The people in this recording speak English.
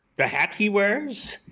the hat he wears,